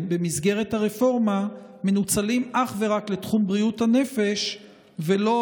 במסגרת הרפורמה מנוצלים אך ורק לתחום בריאות הנפש ולא